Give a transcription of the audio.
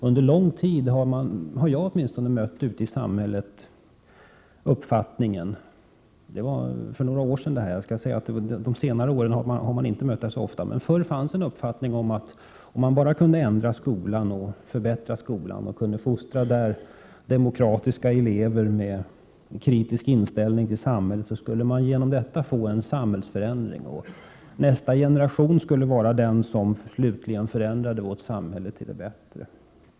Under lång tid har i varje fall jag mött uppfattningen — det gäller inte så mycket de senaste åren utan tidigare — att kunde man bara förbättra skolan och fostra demokratiska elever med kritisk inställning till samhället, skulle man få en samhällsförändring. Nästa generation skulle bli den som slutgiltigt förändrade vårt samhälle till ett bättre samhälle.